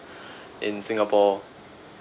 in singapore